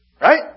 Right